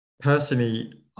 personally